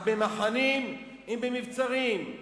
"הבמחנים אם במבצרים",